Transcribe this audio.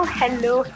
hello